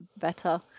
better